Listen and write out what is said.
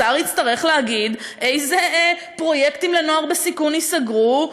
השר יצטרך להגיד איזה פרויקטים לנוער בסיכון ייסגרו,